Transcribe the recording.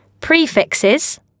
Prefixes